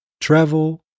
travel